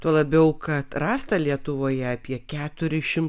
tuo labiau kad rasta lietuvoje apie keturis šim